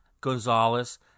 Gonzalez –